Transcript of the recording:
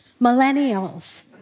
Millennials